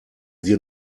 wir